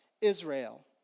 Israel